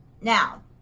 Now